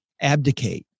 abdicate